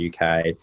uk